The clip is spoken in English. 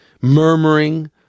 murmuring